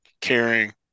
caring